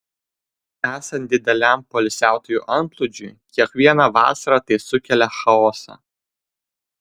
esant dideliam poilsiautojų antplūdžiui kiekvieną vasarą tai sukelia chaosą